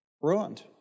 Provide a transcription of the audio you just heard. ruined